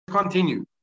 Continue